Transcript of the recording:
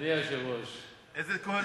אדוני היושב-ראש, אדוני היושב-ראש, איזה כהונה?